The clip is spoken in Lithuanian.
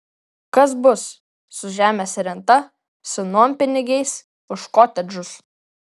kas bus su žemės renta su nuompinigiais už kotedžus